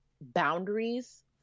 boundaries